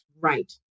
Right